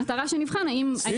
במטרה שנבחן האם הגענו למצב התחרותי.